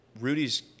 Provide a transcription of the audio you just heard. Rudy's